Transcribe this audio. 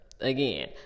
Again